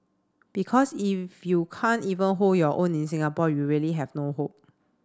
because if you can't even hold your own in Singapore you really have no hope